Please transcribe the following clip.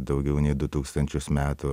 daugiau nei du tūkstančius metų